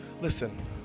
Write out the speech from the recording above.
Listen